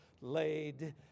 laid